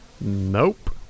Nope